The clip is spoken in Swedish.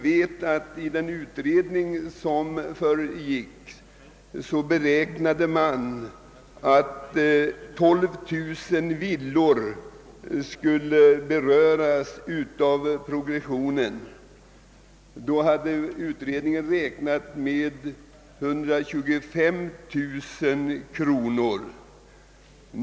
Vid den utredning som föregick denna ändring beräknades att 12 000 villor skulle beröras av progressionen. Då hade man emellertid utgått från en progressiv procentsats för fastigheter med taxeringsvärde som översteg 125 000 kronor.